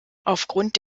aufgrund